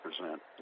represent